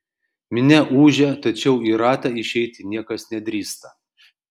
minia ūžia tačiau į ratą išeiti niekas nedrįsta